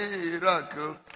miracles